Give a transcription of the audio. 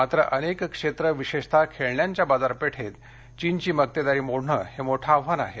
मात्र अनेक क्षेत्र विशेषत खेळण्यांच्या बाजारपेठेत चीनची मक्तेदारी मोडण हे मोठं आव्हान आहे